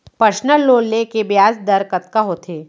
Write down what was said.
Personal loan ले के ब्याज दर कतका होथे?